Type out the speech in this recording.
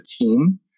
team